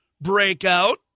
Breakout